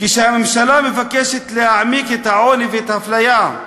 כשהממשלה מבקשת להעמיק את העוני ואת האפליה,